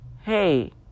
hey